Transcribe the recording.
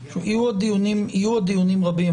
יהיו עוד דיונים רבים.